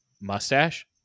mustache